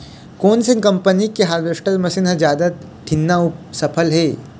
कोन से कम्पनी के हारवेस्टर मशीन हर जादा ठीन्ना अऊ सफल हे?